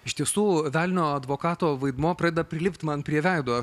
iš tiesų velnio advokato vaidmuo pradeda prilipt man prie veido